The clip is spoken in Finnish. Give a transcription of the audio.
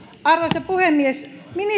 arvoisa puhemies ministerit